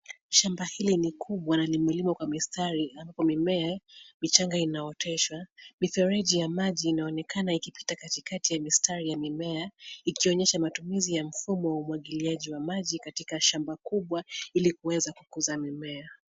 Shamba hili ni kubwa na limelimwa kwa mistari, ambapo mimea michanga inaotesha ,mifereji ya maji inaonekana ikipita katikati, ya mistari ya mimea, ikionyesha matumizi ya mfumo wa umwagiliaji wa maji katika shamba kubwa ili kuweza kukuza mimea.